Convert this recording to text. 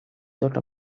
thought